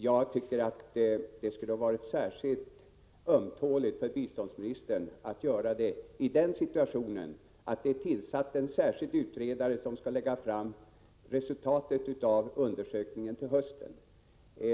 Jag tycker att det skulle vara särskilt ömtåligt för biståndsministern att göra på det här sättet i en situation när det tillsatts en särskild utredare som skall lägga fram resultatet av sin undersökning till hösten.